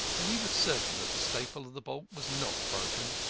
and he was certain that the staple of the bolt was not broken,